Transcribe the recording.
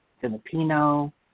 Filipino